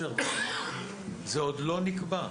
זה עוד לא נקבע.